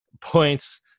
points